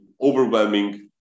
overwhelming